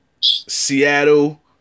Seattle